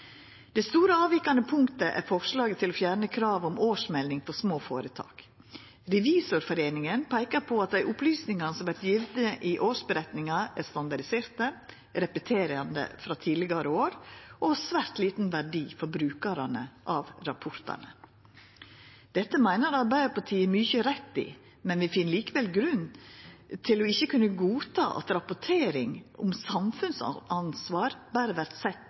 Det store avvikande punktet er forslaget om å fjerna kravet om årsmelding for små føretak. Revisorforeningen peikar på at dei opplysningane som vert gjeve i årsmeldinga er standardiserte, repeterande frå tidlegare år, og av svært liten verdi for brukarane av rapportane. Dette meiner Arbeidarpartiet det er mykje rett i, men vi finn likevel grunn til ikkje å kunna godta at rapportering om samfunnsansvar berre vert sett